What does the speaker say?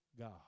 God